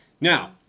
Now